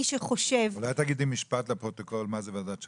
אולי תגידי במשפט לפרוטוקול מה זה ועדת שרשבסקי.